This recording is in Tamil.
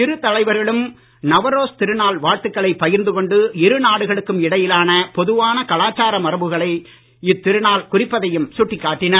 இரு தலைவர்களும் நவரோஜ் திருநாள் வாழ்த்துக்களை பகிர்ந்து கொண்டு இருநாடுகளுக்கும் இடையிலான பொதுவான கலாச்சார மரபுகளை இத்திருநாள் குறிப்பதையும் சுட்டிக்காட்டினார்